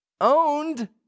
owned